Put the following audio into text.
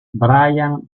bryan